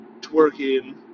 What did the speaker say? twerking